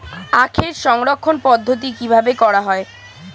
আখের সংরক্ষণ পদ্ধতি কিভাবে করা হয়?